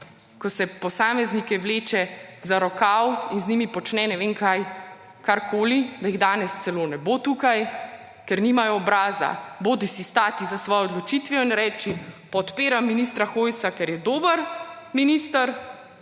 ko se posameznike vleče za rokav in z njimi počne ne vem kaj, karkoli, da jih danes celo ne bo tukaj, ker nimajo obraza bodisi stati za svojo odločitvijo in reči, podpiram ministra Hojsa, ker je dober minister,